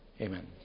Amen